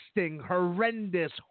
horrendous